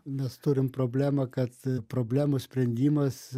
mes turim problemą kad problemų sprendimas